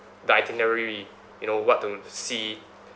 the itinerary you know what to see